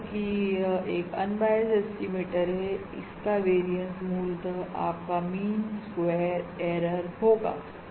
तब जबकि यह एक अन बायस एस्टिमेटर है इसका वेरियंस मूलतः आपका मीन स्क्वेयर एरर होगा